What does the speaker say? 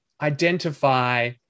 identify